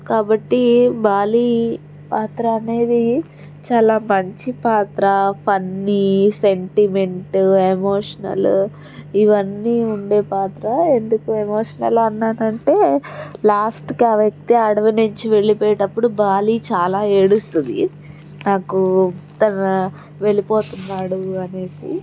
కాబట్టి బాలీ పాత్ర అనేది చాలా మంచి పాత్ర ఫన్నీ సెంటిమెంటు ఎమోషనలు ఇవన్నీ ఉండే పాత్ర ఎందుకు ఎమోషనల్ అన్నానంటే లాస్టుకి ఆ వ్యక్తి అడివి నుంచి వెళ్ళిపోయేటప్పుడు బాలీ చాలా ఏడుస్తుంది నాకు తన వెళ్ళిపోతున్నాడు అనేసి